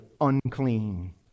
unclean